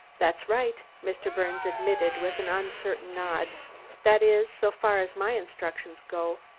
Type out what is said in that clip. that's right, mr. birnes admitted with an uncertain nod that is, so far as my instructions go.